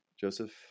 Joseph